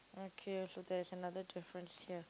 okay so there is another difference here